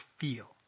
feel